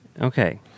Okay